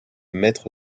maitre